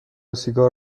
سیگار